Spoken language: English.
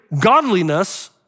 godliness